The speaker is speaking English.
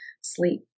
sleep